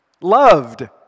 Loved